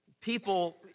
people